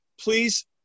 please